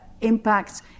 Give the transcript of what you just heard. impacts